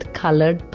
colored